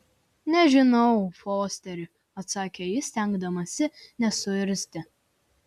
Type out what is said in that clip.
nežinau fosteri atsakė ji stengdamasi nesuirzti